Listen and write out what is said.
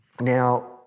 Now